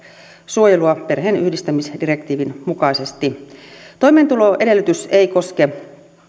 suojelua perheenyhdistämisdirektiivin mukaisesti toimeentuloedellytys ei koske